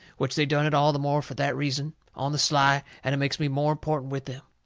which they done it all the more fur that reason, on the sly, and it makes me more important with them.